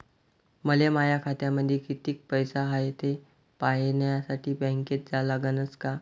मले माया खात्यामंदी कितीक पैसा हाय थे पायन्यासाठी बँकेत जा लागनच का?